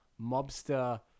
mobster